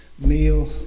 meal